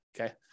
Okay